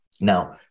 Now